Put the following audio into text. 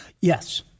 yes